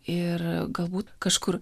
ir galbūt kažkur